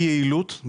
יעילות.